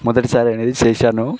మొదటిసారి అనేది చేశాను